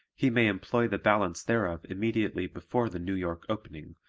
he may employ the balance thereof immediately before the new york opening,